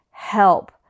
help